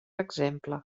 exemple